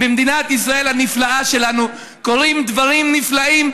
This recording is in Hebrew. במדינת ישראל הנפלאה שלנו קורים דברים נפלאים,